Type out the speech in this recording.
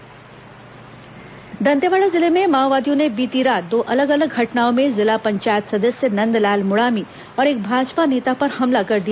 माओवादी हमला आत्मसमर्पण दंतेवाड़ा जिले में माओवादियों ने बीती रात दो अलग अलग घटनाओं में जिला पंचायत सदस्य नंदलाल मुड़ामी और एक भाजपा नेता पर हमला कर दिया